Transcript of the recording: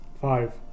Five